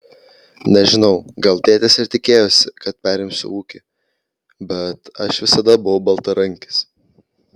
nežinau gal tėtis ir tikėjosi kad perimsiu ūkį bet aš visada buvau baltarankis